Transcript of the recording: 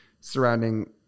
surrounding